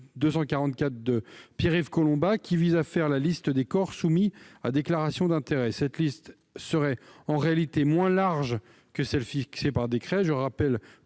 244, de Pierre-Yves Collombat, qui vise à établir la liste des corps soumis à déclaration d'intérêts. Cette liste serait, en réalité, moins large que celle qui serait